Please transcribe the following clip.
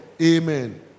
Amen